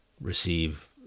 receive